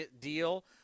deal